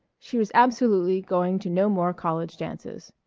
she was absolutely going to no more college dances.